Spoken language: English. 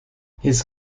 his